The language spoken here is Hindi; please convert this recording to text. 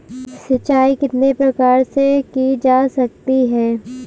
सिंचाई कितने प्रकार से की जा सकती है?